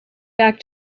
back